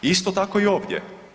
Isto tako i ovdje.